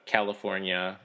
California